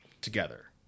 together